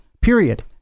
period